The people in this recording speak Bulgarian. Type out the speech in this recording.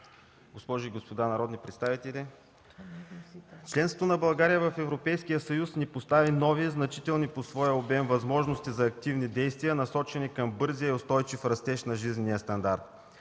госпожи и господа народни представители! Членството на България в Европейския съюз ни предостави нови и значителни по своя обем възможности за активни действия, насочени към бързия и устойчив растеж на жизнения стандарт.